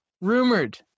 rumored